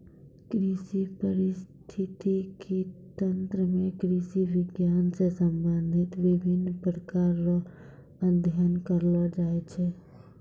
कृषि परिस्थितिकी तंत्र मे कृषि विज्ञान से संबंधित विभिन्न प्रकार रो अध्ययन करलो जाय छै